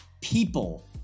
people